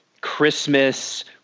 Christmas